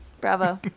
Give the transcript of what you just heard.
Bravo